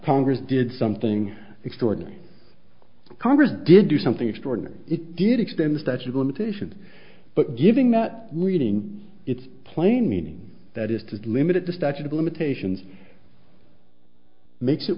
congress did something extraordinary congress did do something extraordinary it did extend the statute of limitations but giving that reading its plain meaning that is to limit the statute of limitations makes it